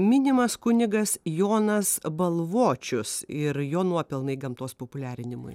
minimas kunigas jonas balvočius ir jo nuopelnai gamtos populiarinimui